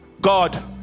God